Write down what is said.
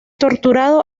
torturado